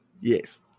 Yes